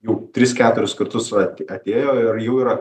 jau tris keturis kartus ati atėjo ir jau yra